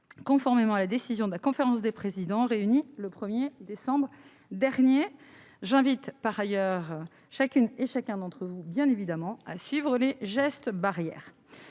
conformément à la décision de la conférence des présidents réunie le 1 décembre dernier. J'invite par ailleurs chacune et chacun à respecter les gestes barrières.